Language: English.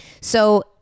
So-